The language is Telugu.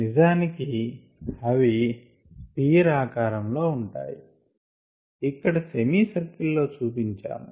నిజానికి అవి స్పియర్ ఆకారం లో ఉంటాయి ఇక్కడ సెమీ సర్కిల్ లో చూపించాము